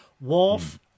Worf